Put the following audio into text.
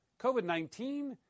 COVID-19